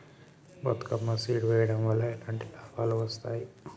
Bathukamma seed వెయ్యడం వల్ల ఎలాంటి లాభాలు వస్తాయి?